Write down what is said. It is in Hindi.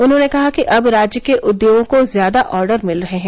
उन्होंने कहा कि अब राज्य के उद्योगों को ज्यादा ऑर्डर मिल रहे हैं